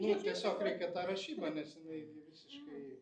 nu tiesiog reikia tą rašybą nes jinai gi visiškai